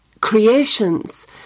creations